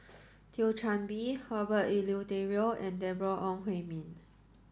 Thio Chan Bee Herbert Eleuterio and Deborah Ong Hui Min